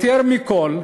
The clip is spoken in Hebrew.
יותר מכול,